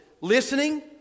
listening